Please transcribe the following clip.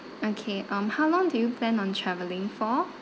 okay um how long do you plan on traveling for